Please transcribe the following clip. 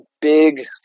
big